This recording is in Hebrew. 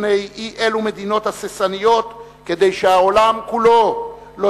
בפני אי-אלו מדינות הססניות כדי שהעולם כולו לא